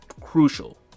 crucial